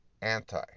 anti